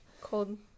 cold